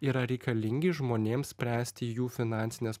yra reikalingi žmonėms spręsti jų finansines